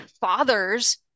father's